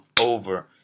over